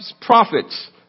prophets